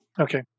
Okay